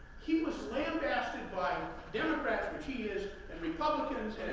he was lambasted by democrats, which he is, and republicans,